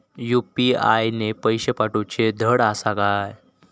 UPI ने पैशे पाठवूचे धड आसा काय?